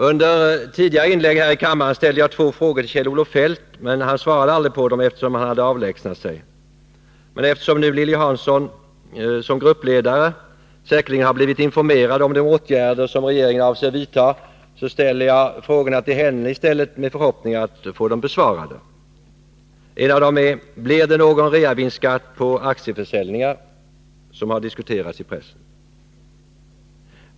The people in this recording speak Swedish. I tidigare inlägg här i kammaren ställde jag två frågor till Kjell-Olof Feldt, men han svarade aldrig på dem, eftersom han hade avlägsnat sig. Då Lilly Hansson som gruppledare säkerligen har blivit informerad om de åtgärder som regeringen avser att vidta, ställer jag i stället frågorna till henne med förhoppning om att få dem besvarade. Blir det någon reavinstskatt på aktieförsäljningar, vilket har diskuterats i pressen?